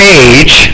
age